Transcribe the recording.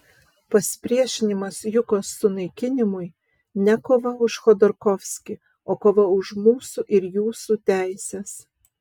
pasipriešinimas jukos sunaikinimui ne kova už chodorkovskį o kova už mūsų ir jūsų teises